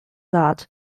that